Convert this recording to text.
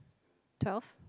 twelve